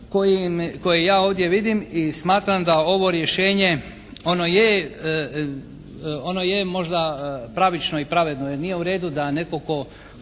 koje ja ovdje vidim i smatram da ovo rješenje ono je možda pravično i pravedno jer nije u redu da netko tko